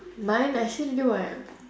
mine I say already [what]